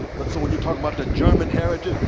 but so when you talk about the german heritage,